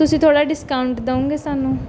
ਤੁਸੀਂ ਥੋੜ੍ਹਾ ਡਿਸਕਾਊਂਟ ਦਿਉਂਗੇ ਸਾਨੂੰ